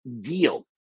deal